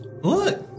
look